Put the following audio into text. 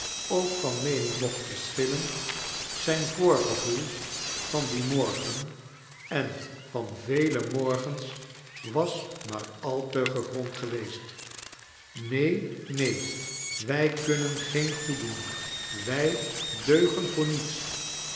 ook van meening mocht verschillen zqh voorgevoel van dien morgen en van vele morgens was maar al te gegrond geweest neen neen wij kunnen geen goed doen wij deugen voor nieta